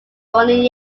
donnie